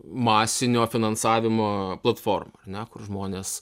masinio finansavimo platforma ar ne kur žmonės